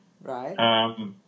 Right